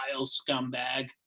scumbag